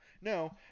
No